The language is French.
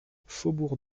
faubourg